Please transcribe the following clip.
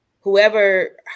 whoever